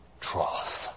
troth